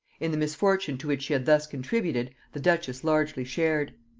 in the misfortune to which she had thus contributed, the duchess largely shared.